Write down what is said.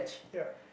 ya